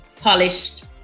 polished